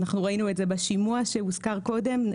ראינו את זה בשימוע שהוזכר קודם לכן,